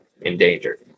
endangered